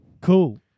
Cool